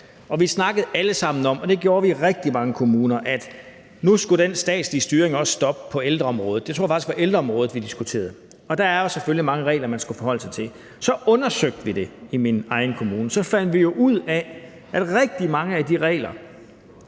vi i rigtig mange kommuner, at nu skulle den statslige styring på ældreområdet også stoppe. Jeg tror faktisk, det var ældreområdet, vi diskuterede. Der er selvfølgelig mange regler, man skal forholde sig til. Så undersøgte vi det i min egen kommune, og så fandt vi ud af, at rigtig mange af de regler,